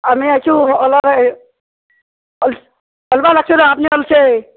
আমি আহিছো ওলাই অল ওলাব লাগিছিল আপুনি ওলাইছে